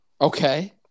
Okay